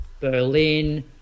berlin